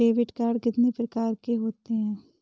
Debit card कितनी प्रकार के होते हैं?